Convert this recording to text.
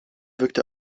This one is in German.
wirkte